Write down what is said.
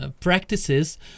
practices